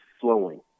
flowing